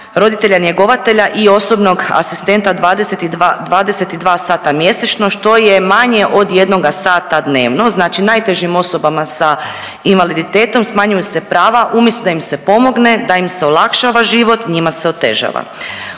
roditelja njegovatelja i osobnog asistenta 22, 22 sata mjesečno, što je manje od jednoga sata dnevno, znači najtežim osobama sa invaliditetom smanjuju se prava, umjesto da im se pomogne, da im se olakšava život, njima se otežava.